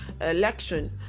election